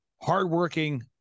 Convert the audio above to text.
hardworking